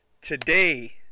today